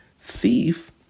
thief